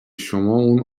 شما، اون